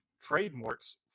trademarks